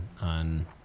on